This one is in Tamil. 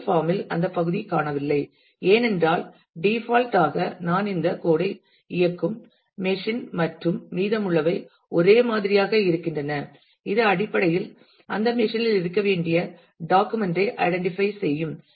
முதல் பாம் இல் அந்த பகுதி காணவில்லை ஏனென்றால் டிபால்ட் ஆக நான் இந்த கோட் ஐ இயக்கும் மெஷின் மற்றும் மீதமுள்ளவை ஒரே மாதிரியாக இருக்கின்றன இது அடிப்படையில் அந்த மெஷின் இல் இருக்க வேண்டிய டாக்குமெண்ட் ஐ ஐடென்டிபை செய்யும்